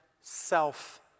self